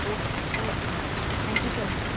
O okay ma'am thank you so much